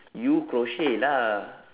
you crochet lah